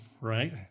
right